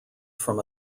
from